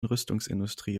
rüstungsindustrie